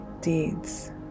deeds